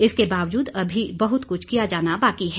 इसके बावजूद अभी बहुत कुछ किया जाना बाकि है